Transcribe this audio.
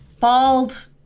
bald